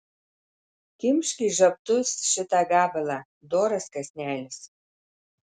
kimšk į žabtus šitą gabalą doras kąsnelis